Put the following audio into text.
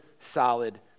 solid